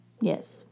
Yes